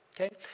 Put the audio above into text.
okay